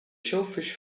shellfish